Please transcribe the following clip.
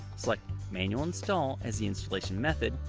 select manual install as the installation method,